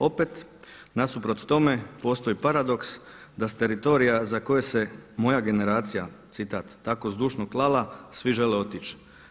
Opet nasuprot tome postoji paradoks da s teritorija za koji se moja generacija, citat, tako zdušno klala, svi žele otići.